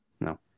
No